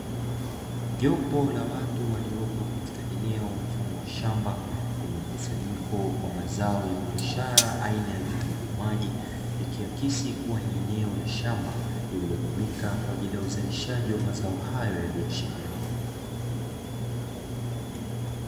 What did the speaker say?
Jopo la watu waliopo katika eneo mfano wa shamba lenye mkusanyiko wa zao la biashara aina ya vitunguu maji, ikiakisi kuwa ni eneo la shamba lililotumika kwa ajili ya uzalishaji wa mazao hayo ya biashara.